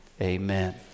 Amen